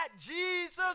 Jesus